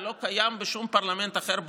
זה לא קיים בשום פרלמנט אחר בעולם.